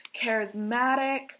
charismatic